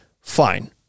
Fine